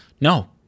No